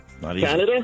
Canada